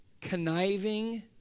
conniving